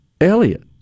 Elliot